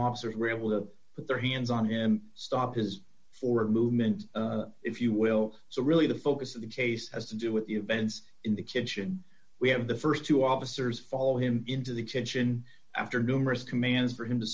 officers were able to put their hands on him stop his forward movement if you will so really the focus of the case has to do with the events in the kitchen we have the st two officers follow him into the kitchen after numerous commands for him to